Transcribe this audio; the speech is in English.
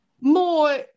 more